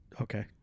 Okay